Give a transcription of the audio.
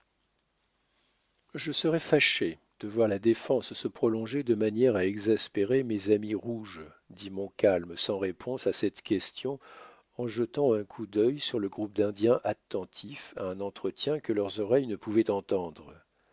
je serais fâché de voir la défense se prolonger de manière à exaspérer mes amis rouges dit montcalm sans répondre à cette question en jetant un coup d'œil sur le groupe d'indiens attentifs à un entretien que leurs oreilles ne pouvaient entendre